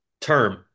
term